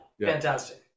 Fantastic